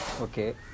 Okay